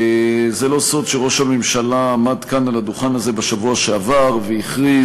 זה לא סוד שראש הממשלה עמד כאן על הדוכן הזה בשבוע שעבר והכריז,